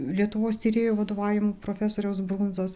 lietuvos tyrėju vadovaujamu profesoriaus brunzos